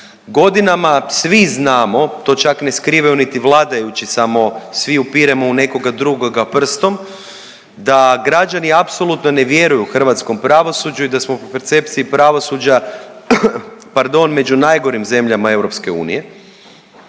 Godinama svi znamo, to čak ne skrivaju niti vladajući, samo svi upiremo u nekoga drugoga prstom, da građani apsolutno ne vjeruju hrvatskom pravosuđu i da smo po percepciji pravosuđa, pardon, među najgorim zemljama EU